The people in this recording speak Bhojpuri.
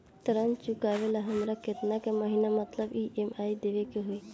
ऋण चुकावेला हमरा केतना के महीना मतलब ई.एम.आई देवे के होई?